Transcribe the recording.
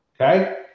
Okay